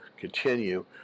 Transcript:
continue